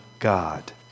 God